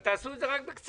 תעשו את זה רק בקצרה.